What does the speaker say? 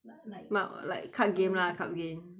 lik~ like card game lah card game